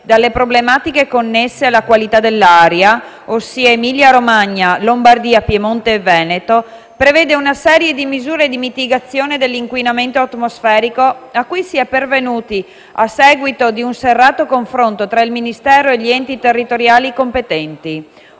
dalle problematiche connesse alla qualità dell'aria - ossia Emilia-Romagna, Lombardia, Piemonte e Veneto - prevede una serie di misure di mitigazione dell'inquinamento atmosferico a cui si è pervenuti a seguito di un serrato confronto tra il Ministero e gli enti territoriali competenti.